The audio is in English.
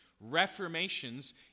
reformations